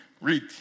read